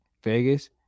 Vegas